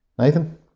Nathan